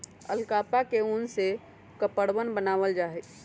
alpaca के उन से कपड़वन बनावाल जा हई